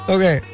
Okay